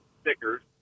stickers